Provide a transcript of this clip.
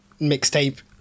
mixtape